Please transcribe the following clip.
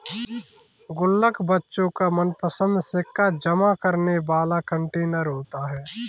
गुल्लक बच्चों का मनपंसद सिक्का जमा करने वाला कंटेनर होता है